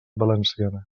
valenciana